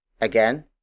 Again